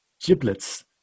giblets